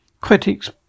Critics